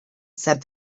said